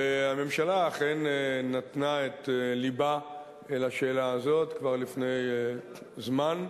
הממשלה אכן נתנה את לבה אל השאלה הזאת כבר לפני זמן,